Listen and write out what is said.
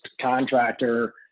contractor